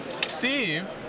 Steve